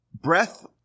breath